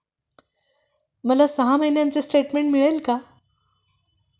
मला सहा महिन्यांचे स्टेटमेंट मिळेल का?